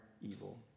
evil